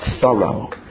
thorough